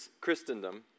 christendom